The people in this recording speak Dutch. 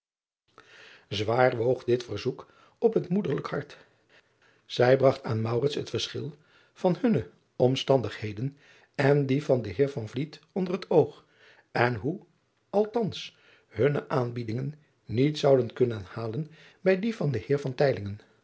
waar woog dit verzoek op het moederlijk hart zij bragt aan het verschil van hunne omstandighe len en die van den eer onder het oog en hoe al hans hunnen aanbiedingen niet zouden kunnen halen bij die van den eer